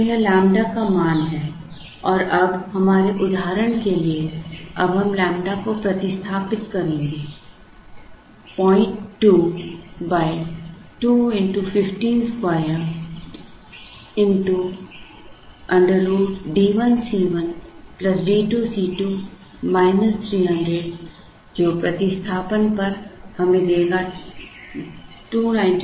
तो यह लैम्ब्डा का मान है और अब हमारे उदाहरण के लिए हम अब लैम्ब्डा को प्रतिस्थापित करेंगे 02 2 x 15 वर्ग x √D1C1 D2C2 300 जो प्रतिस्थापन पर हमें देगा 29220